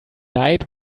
night